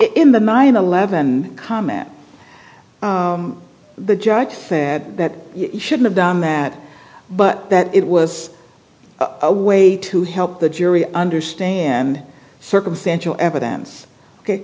in the my eleven comment the judge said that you should have done that but that it was a way to help the jury understand circumstantial evidence ok